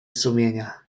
sumienia